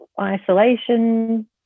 isolation